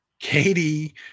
Katie